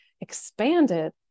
expanded